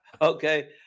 Okay